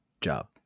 job